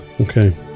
Okay